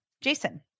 Jason